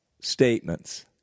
statements